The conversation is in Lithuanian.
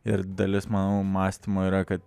ir dalis manau mąstymo yra kad